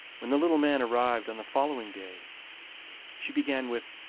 when the little man arrived on the following day she began with